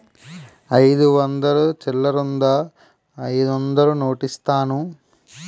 అయిదు వందలు చిల్లరుందా అయిదొందలు నోటిస్తాను?